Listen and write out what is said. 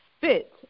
fit